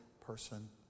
person